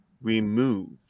remove